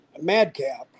Madcap